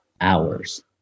hours